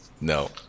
no